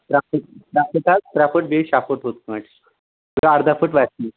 ترٛےٚ پھٕٹہٕ ترٛےٚ پھٕٹہٕ حظ ترٛےٚ پھٕٹہٕ بیٚیہِ شےٚ پھٕٹہٕ ہُتھ پٲٹھۍ گٔے اَرداہ پھٕٹہٕ